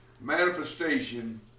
manifestation